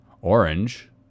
Orange